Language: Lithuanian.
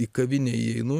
į kavinę įeinu